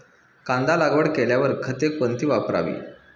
कांदा लागवड केल्यावर खते कोणती वापरावी?